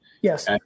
Yes